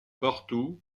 partout